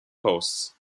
posts